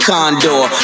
Condor